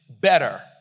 better